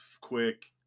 Quick